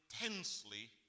intensely